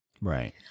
Right